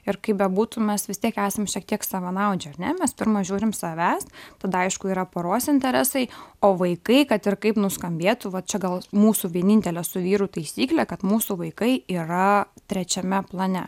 ir kaip bebūtų mes vis tiek esam šiek tiek savanaudžiai ar ne mes pirma žiūrim savęs tada aišku yra poros interesai o vaikai kad ir kaip nuskambėtų va čia gal mūsų vienintelė su vyru taisyklė kad mūsų vaikai yra trečiame plane